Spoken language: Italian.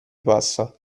passa